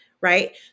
right